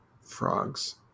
Frogs